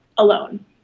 alone